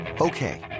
Okay